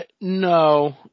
no